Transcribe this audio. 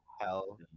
Hell